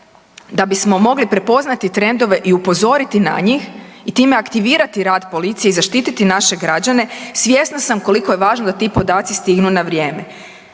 da bismo mogli prepoznati trendove i upozoriti na njih i time aktivirati rad policije i zaštititi naše građane svjesna sam koliko je važno da ti podaci stignu na vrijeme.